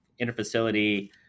interfacility